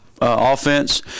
Offense